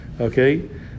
okay